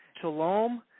shalom